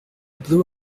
blue